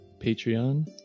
Patreon